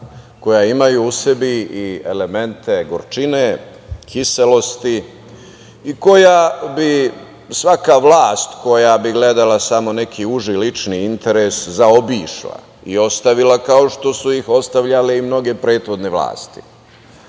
koja imaju i sebi i elemente gorčine, kiselosti i koja bi svaka vlast koja bi gledala samo neki uži lični interes zaobišla i ostavila, kao što su ih ostavljale mnoge prethodne vlasti.